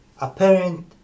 apparent